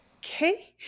okay